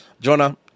Jonah